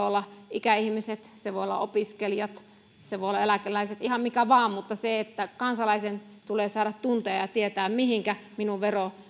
olla ikäihmiset se voi olla opiskelijat se voi olla eläkeläiset ihan mikä vain mutta se että kansalaisen tulee saada tuntea ja tietää mihinkä minun